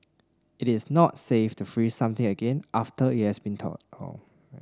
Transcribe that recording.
it is not safe to freeze something again after it has been thawed